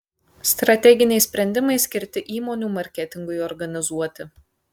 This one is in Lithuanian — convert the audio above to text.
strateginiai sprendimai skirti įmonių marketingui organizuoti